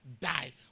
die